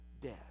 death